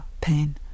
pain